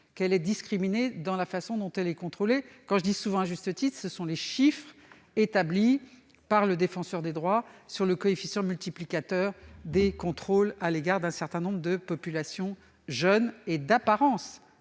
qu'elle est discriminée dans la façon dont elle est contrôlée. Je me fie aux chiffres établis par le Défenseur des droits sur le coefficient multiplicateur des contrôles à l'égard d'un certain nombre de populations jeunes et d'apparence